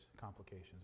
complications